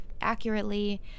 accurately